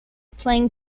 plain